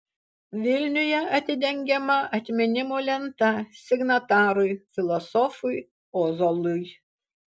vilniuje atidengiama atminimo lenta signatarui filosofui ozolui